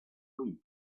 wii